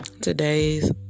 today's